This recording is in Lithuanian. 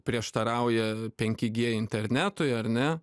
prieštarauja penki g internetui ar ne